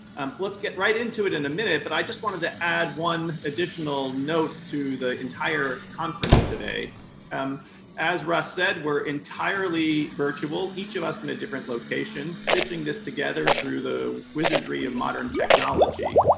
let's get right into it in a minute, but i just wanted to add one additional note to the entire conference today um as russ said, we're entirely virtual, each of us in a different location, stitching this together through the wizardry of modern technology.